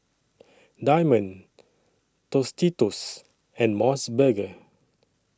Diamond Tostitos and Mos Burger